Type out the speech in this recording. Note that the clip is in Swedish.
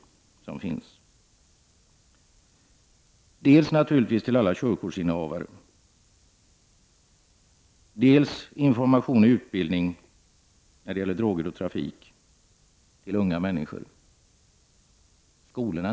Denna information skall naturligtvis riktas till alla körkortsinnehavare. Men information och utbildning när det gäller droger och trafik skall även ges till unga människor, inte minst i skolorna.